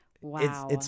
Wow